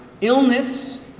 illness